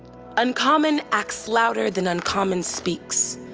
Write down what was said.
uncommon acts louder than uncommon speaks.